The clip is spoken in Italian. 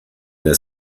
era